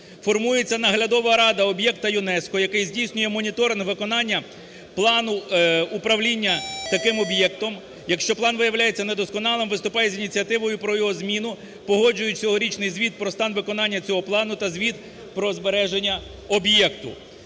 Формується наглядова рада об'єкта ЮНЕСКО, яка здійснює моніторинг виконання плану управління таким об'єктом. Якщо план виявляється недосконалим, виступає з ініціативою про його зміну, погоджує цьогорічний звіт про стан виконання цього плану та звіт про збереження об'єкту.